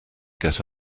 get